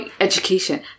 education